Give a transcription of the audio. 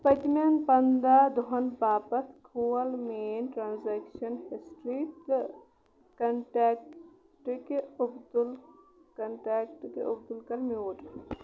پٔتمٮ۪ن پَنٛدہ دۄہن باپَتھ کھول میٚٲنۍ ٹرانزیکشَن ہِسٹری تہٕ کنٹیکٹہِ کہِ کنٹیکٹہِ کہِ عبدُل کَر میوٗٹ